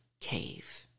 cave